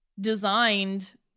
designed